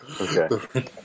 okay